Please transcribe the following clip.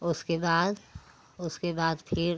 उसके बाद उसके बाद फिर